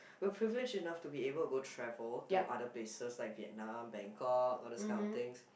we're privileged enough to be able to go travel to other places like Vietnam Bangkok all those kind of things